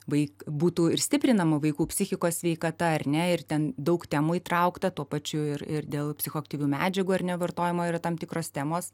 vaik būtų ir stiprinama vaikų psichikos sveikata ar ne ir ten daug temų įtraukta tuo pačiu ir ir dėl psichoaktyvių medžiagų ar ne vartojama yra tam tikros temos